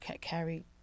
carry